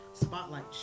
spotlight